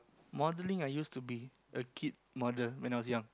modelling I used to be a kid model when I was young